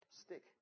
stick